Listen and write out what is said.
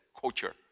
culture